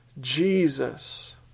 Jesus